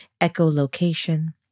echolocation